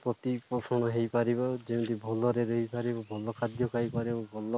ପ୍ରତିପୋଷଣ ହେଇପାରିବ ଯେମିତି ଭଲରେ ରହିପାରିବ ଭଲ ଖାଦ୍ୟ ଖାଇପାରିବ ଭଲ